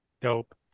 dope